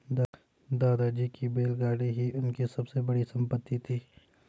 दादाजी की बैलगाड़ी ही उनकी सबसे बड़ी संपत्ति थी